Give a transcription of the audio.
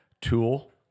Tool